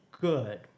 good